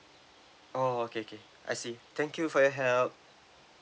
oh okay okay I see thank you for your help